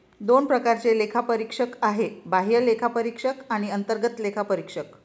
दोन प्रकारचे लेखापरीक्षक आहेत, बाह्य लेखापरीक्षक आणि अंतर्गत लेखापरीक्षक